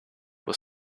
was